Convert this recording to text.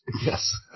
Yes